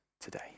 today